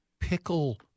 Pickle